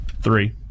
Three